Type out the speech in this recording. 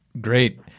Great